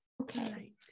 Okay